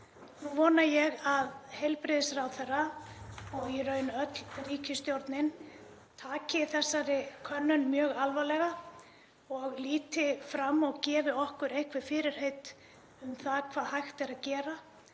Nú vona ég að heilbrigðisráðherra, og í raun öll ríkisstjórnin, taki þessari könnun mjög alvarlega og líti fram á við og gefi okkur einhver fyrirheit um það hvað hægt er að gera